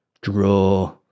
draw